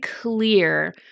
clear